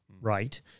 Right